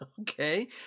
Okay